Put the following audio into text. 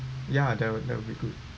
ya that would that would be good